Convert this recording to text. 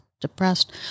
depressed